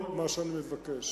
כל מה שאני מבקש,